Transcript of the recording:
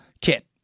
kit